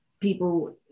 people